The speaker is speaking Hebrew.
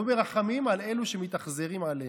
לא מרחמים על אלו שמתאכזרים עלינו.